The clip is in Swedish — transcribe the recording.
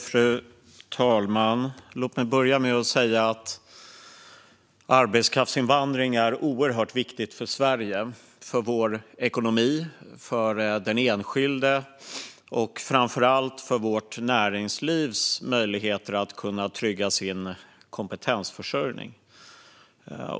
Fru talman! Låt mig börja med att säga att arbetskraftsinvandring är oerhört viktigt för Sverige, för vår ekonomi, för den enskilde och framför allt för vårt näringslivs möjligheter att trygga sin kompetensförsörjning.